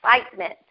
excitement